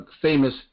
famous